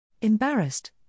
Embarrassed